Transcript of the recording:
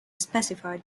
specified